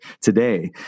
today